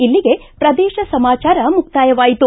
ಇಲ್ಲಿಗೆ ಪ್ರದೇಶ ಸಮಾಚಾರ ಮುಕ್ತಾಯವಾಯಿತು